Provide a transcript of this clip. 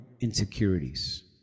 insecurities